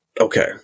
Okay